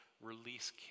Release